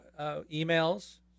emails